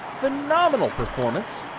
phenomenal performance.